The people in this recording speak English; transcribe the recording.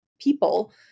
people